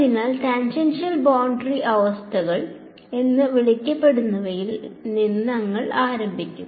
അതിനാൽ tangential boundary അവസ്ഥകൾ എന്ന് വിളിക്കപ്പെടുന്നവയിൽ നിന്ന് ഞങ്ങൾ ആരംഭിക്കും